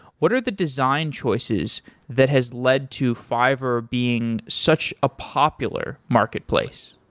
what are the design choices that has led to fiverr being such a popular marketplace?